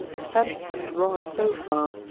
his phantasy wrought so far,